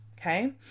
Okay